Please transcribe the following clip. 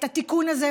התיקון הזה,